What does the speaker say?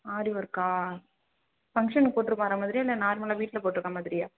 ஆரி ஒர்க்கா ஃபங்க்ஷனுக்கு போட்டு போகிற மாதிரியா இல்லை நார்மலாக வீட்டில் போட்டிருக்க மாதிரியா